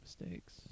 mistakes